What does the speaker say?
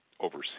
overseas